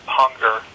hunger